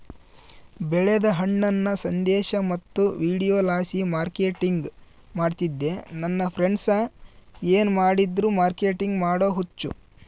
ಬೆಳೆದ ಹಣ್ಣನ್ನ ಸಂದೇಶ ಮತ್ತು ವಿಡಿಯೋಲಾಸಿ ಮಾರ್ಕೆಟಿಂಗ್ ಮಾಡ್ತಿದ್ದೆ ನನ್ ಫ್ರೆಂಡ್ಸ ಏನ್ ಮಾಡಿದ್ರು ಮಾರ್ಕೆಟಿಂಗ್ ಮಾಡೋ ಹುಚ್ಚು